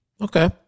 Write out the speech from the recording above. okay